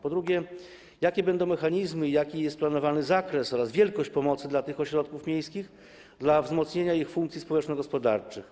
Po drugie, jakie będą mechanizmy i jaki jest planowany zakres oraz jaka jest planowana wielkość pomocy dla tych ośrodków miejskich dla wzmocnienia ich funkcji społeczno-gospodarczych?